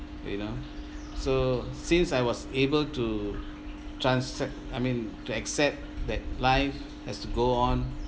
you know so since I was able to transact~ I mean to accept that life has to go on